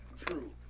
true